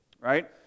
right